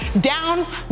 Down